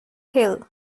hill